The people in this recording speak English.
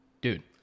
Dude